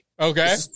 Okay